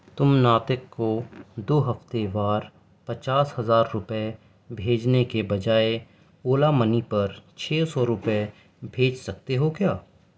تم ناطق کو دو ہفتےوار پچاس ہزار روپئے بھیجنے کے بجائے اولا منی پر چھ سو روپئے بھیج سکتے ہو کیا